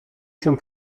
się